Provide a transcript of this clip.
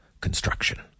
Construction